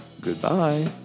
Goodbye